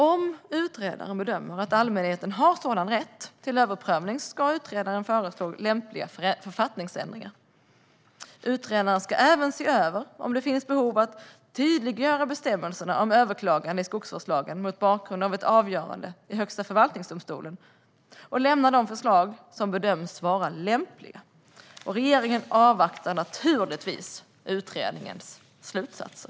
Om utredaren bedömer att allmänheten har en sådan rätt till överprövning ska utredaren föreslå lämpliga författningsändringar. Utredaren ska även se över om det finns behov av att tydliggöra bestämmelserna om överklagande i skogsvårdslagen mot bakgrund av ett avgörande i Högsta förvaltningsdomstolen och lämna de förslag som bedöms vara lämpliga. Regeringen avvaktar naturligtvis utredningens slutsatser.